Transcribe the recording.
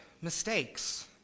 mistakes